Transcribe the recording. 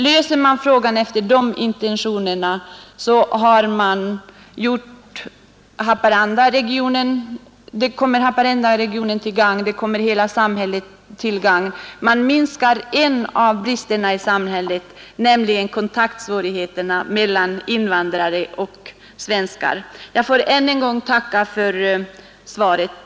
Löser man problemet efter arbetsgruppens intentioner, kommer det Haparandaregionen till godo, och det kommer också att gagna hela svenska samhället. Man minskar därmed även en av bristerna i samhället, nämligen kontaktsvårigheterna mellan finska invandrare och svenskar. Jag vill än en gång tacka för svaret.